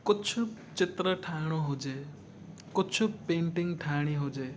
कुझु चित्र ठाहिणो हुजे कुझु पेंटिंग ठाहिणी हुजे